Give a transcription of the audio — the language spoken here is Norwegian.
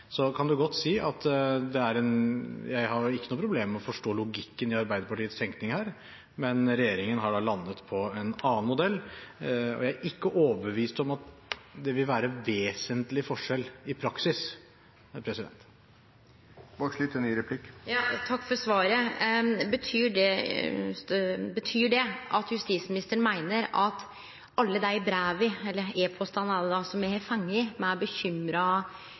Så kan man godt si at jeg ikke har noe problem med å forstå logikken i Arbeiderpartiets tenking her. Men regjeringen har landet på en annen modell, og jeg er ikke overbevist om at det vil være noen vesentlig forskjell – i praksis. Takk for svaret. Betyr det at justisministeren meiner at etter alle dei breva, eller e-postane, som me har fått frå bekymra festarar som no fryktar festeavgifter på rundt 30 000 kr i